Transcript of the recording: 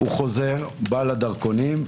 הוא חוזר, בא לדרכונים,